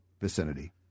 vicinity